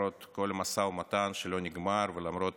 למרות כל המשא ומתן שלא נגמר ולמרות